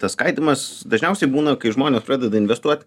tas skaidymas dažniausiai būna kai žmonės pradeda investuoti